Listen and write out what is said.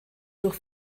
durch